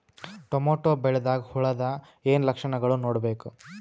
Tomato ಬೆಳಿದಾಗ್ ಹುಳದ ಏನ್ ಲಕ್ಷಣಗಳು ನೋಡ್ಬೇಕು?